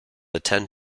attend